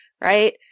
Right